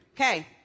Okay